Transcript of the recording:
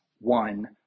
one